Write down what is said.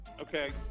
Okay